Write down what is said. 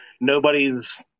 Nobody's